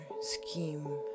scheme